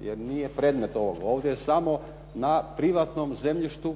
Jer nije predmet ovog. Ovdje je samo na privatnom zemljištu